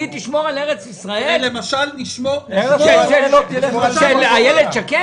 היא תשמור על ארץ ישראל של איילת שקד?